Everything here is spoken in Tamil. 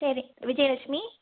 சரி விஜயலட்சுமி